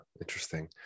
interesting